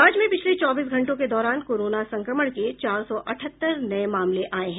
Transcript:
राज्य में पिछले चौबीस घंटों के दौरान कोरोना संक्रमण के चार सौ अठहत्तर नये मामले आये हैं